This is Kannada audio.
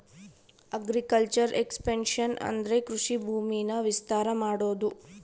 ಅಗ್ರಿಕಲ್ಚರ್ ಎಕ್ಸ್ಪನ್ಷನ್ ಅಂದ್ರೆ ಕೃಷಿ ಭೂಮಿನ ವಿಸ್ತಾರ ಮಾಡೋದು